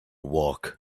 walk